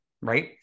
right